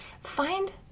find